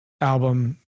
album